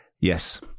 Yes